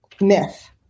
myth